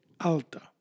Alta